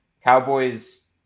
Cowboys